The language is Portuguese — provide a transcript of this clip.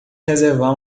reservar